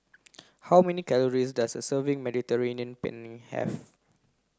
how many calories does a serving of Mediterranean Penne have